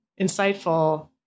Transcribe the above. insightful